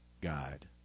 guide